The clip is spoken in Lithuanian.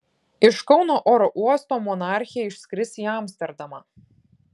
iš kauno oro uosto monarchė išskris į amsterdamą